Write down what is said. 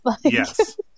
Yes